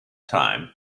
time